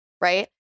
right